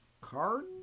card